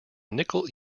nickel